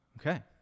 Okay